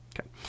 Okay